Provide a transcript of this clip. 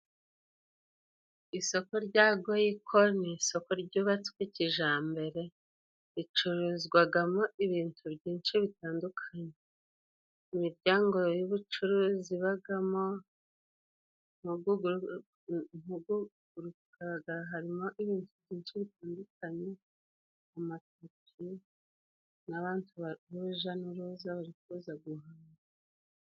Isoko rya Goyiko ni isoko ryubatswe kijyambere, ricuruzwamo ibintu byinshi bitandukanye, imiryango y'ubucuruzi ibamo uyu uri kugaragara, harimo ibintu byinshi bitandukanye, amatike n'abantu b'urujya n'uruza bari kuza guhaha.